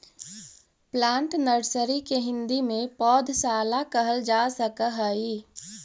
plant nursery के हिंदी में पौधशाला कहल जा सकऽ हइ